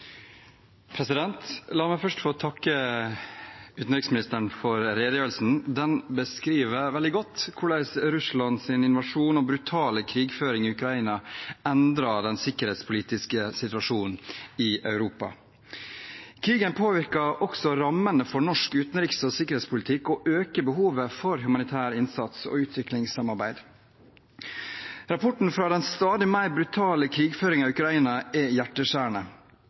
La meg først få takke utenriksministeren for redegjørelsen. Den beskriver veldig godt hvordan Russlands invasjon og brutale krigføring i Ukraina endret den sikkerhetspolitiske situasjonen i Europa. Krigen påvirker også rammene for norsk utenriks- og sikkerhetspolitikk og øker behovet for humanitær innsats og utviklingssamarbeid. Rapporten fra den stadig mer brutale krigføringen i Ukraina er